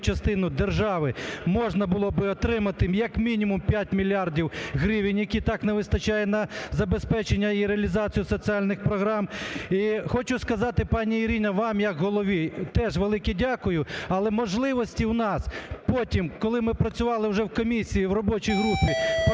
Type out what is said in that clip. частину держави можна було б отримати, як мінімум, 5 мільярдів гривень, які так не вистачає на забезпечення і реалізацію соціальних програм. І хочу сказати, пані Ірино, вам, як голові, теж велике дякую. Але можливості у нас потім, коли ми працювали вже в комісії, в робочій групі,